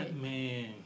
Man